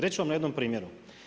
Reći ću vam na jednom primjeru.